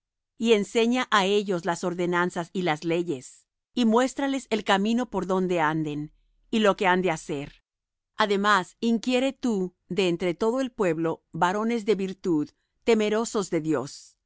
y enseña á ellos las ordenanzas y las leyes y muéstrales el camino por donde anden y lo que han de hacer además inquiere tú de entre todo el pueblo varones de virtud temerosos de dios